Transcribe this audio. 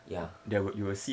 ya